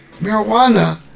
marijuana